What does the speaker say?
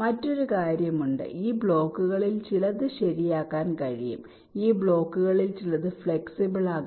മറ്റൊരു കാര്യം ഉണ്ട് ഈ ബ്ലോക്കുകളിൽ ചിലത് ശരിയാക്കാൻ കഴിയും ഈ ബ്ലോക്കുകളിൽ ചിലത് ഫ്ലെക്സിബിൾ ആകാം